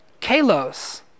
kalos